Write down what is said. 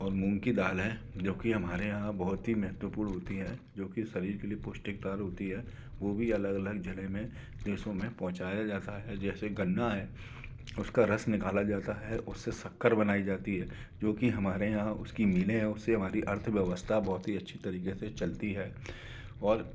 और मूंग की दाल है जो कि हमारे यहाँ बहुत ही महत्वपूर्ण होती है जो की सभी के लिए पौष्टिकदार होती है वो भी अलग अलग जिले में देशों में पहुँचाया जाता है जैसे गन्ना है उसका रस निकाला जाता है उससे शक्कर बनाई जाती है क्योंकि हमारे यहाँ उसकी मिले हैं उससे हमारी अर्थव्यवस्था बहुत ही अच्छी तरीके से चलती है और